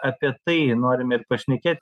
apie tai norime ir pašnekėti